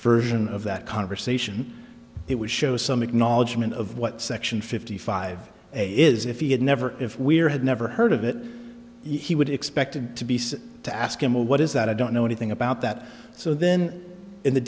version of that conversation it would show some acknowledgement of what section fifty five is if he had never if we're had never heard of it he would expect it to be said to ask him well what is that i don't know anything about that so then in the